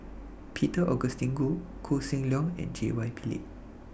Peter Augustine Goh Koh Seng Leong and J Y Pillay